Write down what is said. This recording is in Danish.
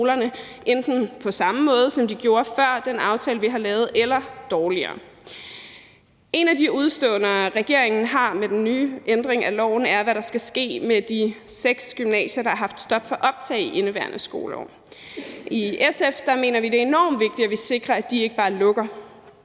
enten på samme måde, som de var stillet før den aftale, vi har lavet, eller dårligere. Et af de udeståender, regeringen har med den nye ændring af loven, er, hvad der skal ske med de seks gymnasier, der har haft stop for optag i indeværende skoleår. I SF mener vi, at det er enormt vigtigt, at vi sikrer, at de ikke bare lukker.